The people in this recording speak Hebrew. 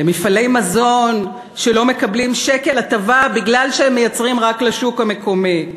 למפעלי מזון שלא מקבלים שקל הטבה מפני שהם מייצרים רק לשוק המקומי,